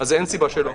אין סיבה שלא.